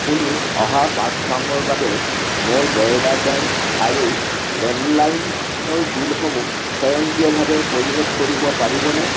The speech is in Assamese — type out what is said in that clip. আপুনি অহা পাঁচ মাহৰ বাবে মোৰ বৰোদা বেংক আৰু লেণ্ডলাইনৰ বিলসমূহ স্বয়ংক্ৰিয়ভাৱে পৰিশোধ কৰিব পাৰিবনে